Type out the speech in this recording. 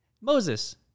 Moses